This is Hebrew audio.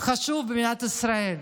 חשוב במדינת ישראל.